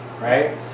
right